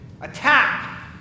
attack